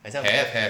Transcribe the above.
很像